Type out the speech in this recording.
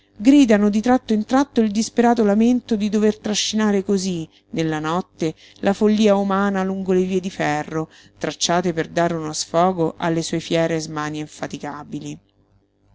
gridano di tratto in tratto il disperato lamento di dover trascinare cosí nella notte la follía umana lungo le vie di ferro tracciate per dare uno sfogo alle sue fiere smanie infaticabili